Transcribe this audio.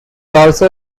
also